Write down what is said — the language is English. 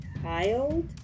child